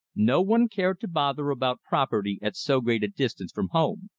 no one cared to bother about property at so great a distance from home.